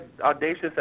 audacious